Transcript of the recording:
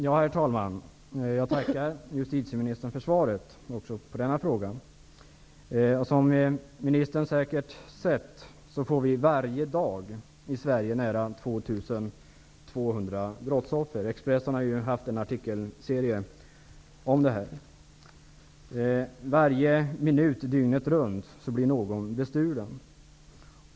Herr talman! Jag tackar justitieministern för svaret också på denna fråga. Som ministern säkert har sett får vi varje dag i Sverige nära 2 200 brottsoffer -- Expressen har ju haft en artikelserie om detta. Varje minut dygnet runt blir någon bestulen.